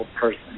person